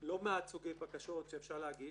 לא מעט סוגי בקשות שאפשר להגיש